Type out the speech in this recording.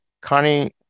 Connie